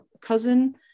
cousin